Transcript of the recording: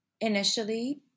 initially